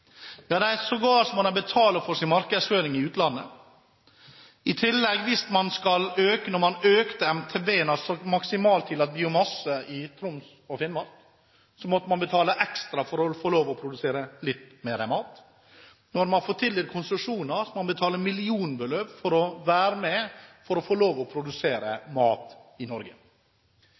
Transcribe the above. det er sågar sånn at man betaler for markedsføringen sin i utlandet. I tillegg er det slik at da man økte MTB, maksimalt tillatt biomasse, i Troms og Finnmark, måtte man betale ekstra for å få lov til å produsere litt mer mat. Når man får tildelt konsesjoner, må man betale millionbeløp for å få lov til å være med og produsere mat i Norge.